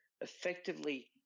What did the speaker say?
effectively